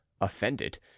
offended